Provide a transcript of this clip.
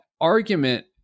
argument